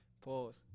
Pause